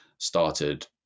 started